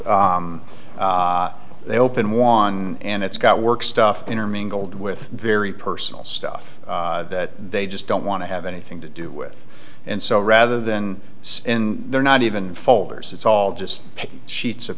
stuff they open one and it's got work stuff intermingled with very personal stuff that they just don't want to have anything to do with and so rather than in there not even folders it's all just sheets of